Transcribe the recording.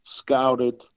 scouted